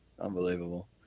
Unbelievable